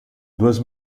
duas